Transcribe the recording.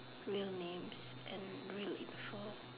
real names and real info